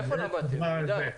איפה למדת?